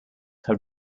have